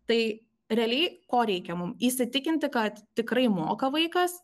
tai realiai ko reikia mums įsitikinti kad tikrai moka vaikas